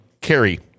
carry